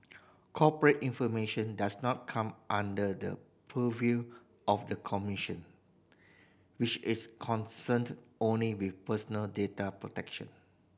corporate information does not come under the purview of the commission which is concerned only with personal data protection